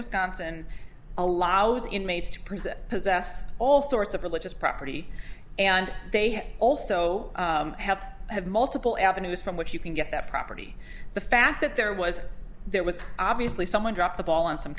wisconsin allows inmates to present possess all sorts of religious property and they also have to have multiple avenues from which you can get that property the fact that there was there was obviously someone dropped the ball on some